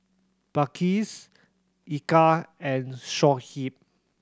Balqis Eka and Shoaib